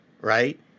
right